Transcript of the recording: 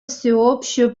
всеобщую